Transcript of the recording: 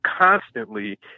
constantly